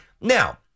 Now